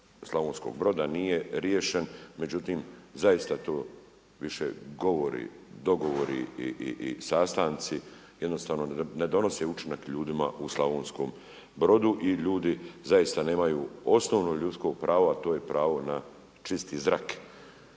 Slavonskog Broda, a nije riješen, međutim zaista tu, govori, dogovori i sastanci jednostavno ne donose učinak ljudima u Slavonskom Brodu i ljudi zaista nemaju osnovno ljudsko pravo, a to je pravo na čisti zrak.